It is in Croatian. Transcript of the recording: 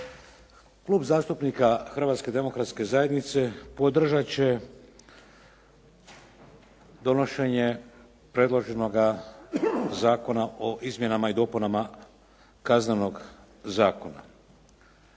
Klub zastupnika Hrvatske demokratske zajednice podržat će donošenje predloženoga Zakona o izmjenama i dopunama Kaznenog zakona.